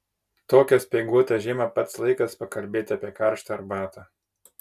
tokią speiguotą žiemą pats laikas pakalbėti apie karštą arbatą